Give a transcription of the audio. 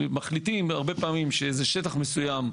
מחליטים הרבה פעמים שאיזה שטח מסוים,